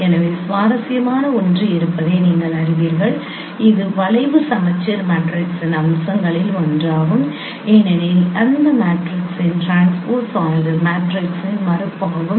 எனவே சுவாரஸ்யமான ஒன்று இருப்பதை நீங்கள் அறிவீர்கள் இது வளைவு சமச்சீர் மேட்ரிக்ஸின் அம்சங்களில் ஒன்றாகும் ஏனெனில் அந்த மேட்ரிக்ஸின் ட்ரான்ஸ்போஸ் ஆனது மேட்ரிக்ஸின் மறுப்பு ஆகும்